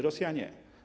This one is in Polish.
Rosja nie.